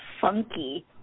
funky